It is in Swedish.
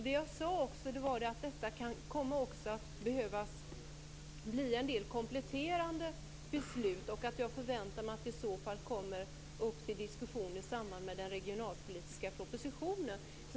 Det jag sade var också att det kan komma att behövas en del kompletterande beslut och att jag förväntar mig att de i så fall kommer upp till diskussion i samband med den regionalpolitiska propositionen.